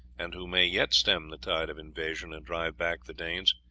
and who may yet stem the tide of invasion and drive back the danes.